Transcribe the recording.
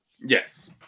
Yes